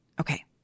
Okay